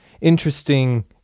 interesting